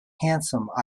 handsome